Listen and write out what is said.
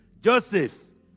Joseph